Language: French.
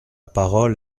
parole